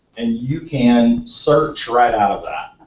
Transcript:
and you can search right out of that.